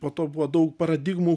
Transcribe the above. po to buvo daug paradigmų